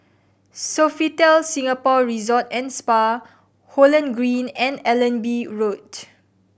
Sofitel Singapore Resort and Spa Holland Green and Allenby Road